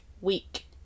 week